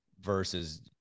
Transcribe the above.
versus